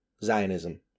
Zionism